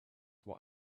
what